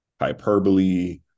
hyperbole